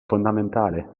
fondamentale